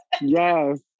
Yes